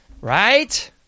Right